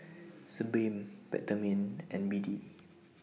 Sebamed Peptamen and B D